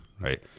right